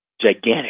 gigantic